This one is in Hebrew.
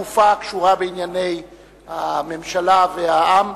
הקשורה בענייני הממשלה והעם.